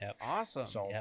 Awesome